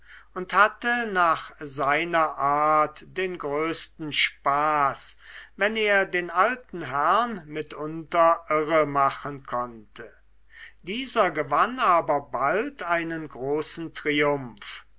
und hatte nach seiner art den größten spaß wenn er den alten herrn mitunter irremachen konnte dieser gewann aber bald einen großen triumph